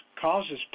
causes